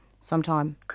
sometime